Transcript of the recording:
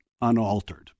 unaltered